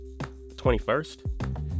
21st